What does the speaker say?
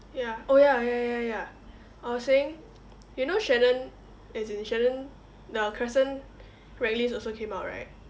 ya oh ya ya ya ya I was saying you know shannon as in shannon the crescent grad list also came out right